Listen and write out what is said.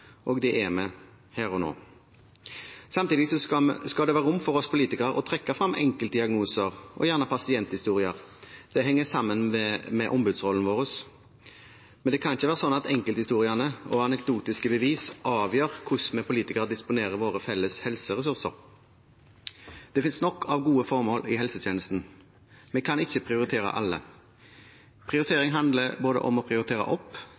og det er vi her og nå. Samtidig skal det være rom for oss politikere til å trekke frem enkeltdiagnoser og gjerne pasienthistorier, det henger sammen med ombudsrollen vår. Men det kan ikke være sånn at enkelthistoriene og anekdotiske bevis avgjør hvordan vi politikere disponerer våre felles helseressurser. Det finnes nok av gode formål i helsetjenesten, vi kan ikke prioritere alle. Prioritering handler om både å prioritere opp,